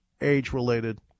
age-related